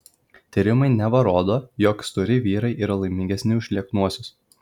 tyrimai neva rodo jog stori vyrai yra laimingesni už lieknuosius